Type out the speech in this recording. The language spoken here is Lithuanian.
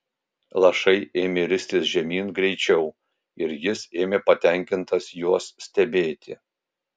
lašai ėmė ristis žemyn greičiau ir jis ėmė patenkintas juos stebėti